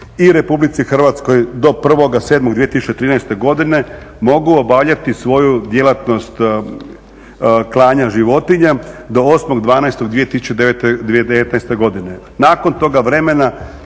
i Republici Hrvatskoj do 1.7.2013. godine mogu obavljati svoju djelatnost klanja životinja do 8.12.2019. godine. Nakon toga vremena